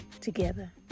together